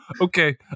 okay